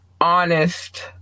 honest